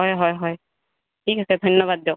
হয় হয় হয় ঠিক আছে ধন্যবাদ দিয়ক